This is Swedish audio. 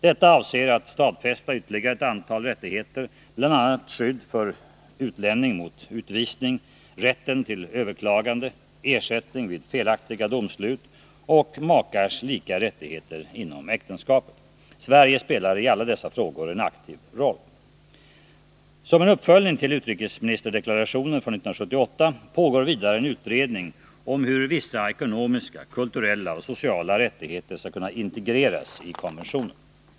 Detta avser att stadfästa ytterligare ett antal rättigheter, bl.a. skydd för utlänning mot utvisning, rätten till överklagande, ersättning vid felaktiga domslut och makars lika rättigheter inom äktenskapet. Sverige spelar i alla dessa frågor en aktiv roll. Som en uppföljning till utrikesministerdeklarationen från 1978 pågår vidare en utredning om hur vissa ekonomiska, kulturella och sociala rättigheter skall kunna integreras i konventionen.